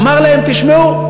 אמר להם: תשמעו,